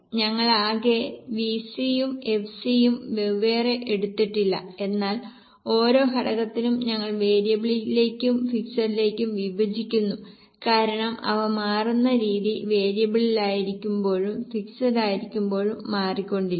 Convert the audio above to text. ഞങ്ങൾ ആകെ വിസിയും എഫ്സിയും വെവ്വേറെ എടുത്തിട്ടില്ല എന്നാൽ ഓരോ ഘടകത്തിനും ഞങ്ങൾ വേരിയബിളിലേക്കും ഫിക്സിഡിലേക്കും വിഭജിക്കുന്നു കാരണം അവ മാറുന്ന രീതി വേരിയബിളായിരിക്കുമ്പോഴും ഫിക്സഡ് ആയിരിക്കുമ്പോഴും മാറിക്കൊണ്ടിരിക്കും